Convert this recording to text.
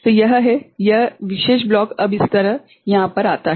तो यह है यह विशेष ब्लॉक अब इस तरह यहाँ पर आता है